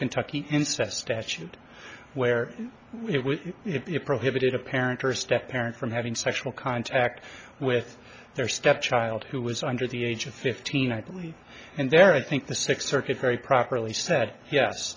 kentucky incest statute where it was prohibited a parent or step parent from having sexual contact with their step child who was under the age of fifteen i think and there i think the sixth circuit very properly said yes